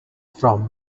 from